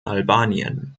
albanien